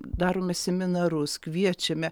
darome seminarus kviečiame